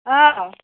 অঁ অঁ